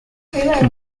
the